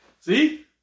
see